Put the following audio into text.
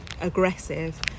aggressive